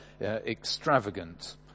extravagant